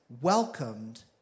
welcomed